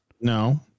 No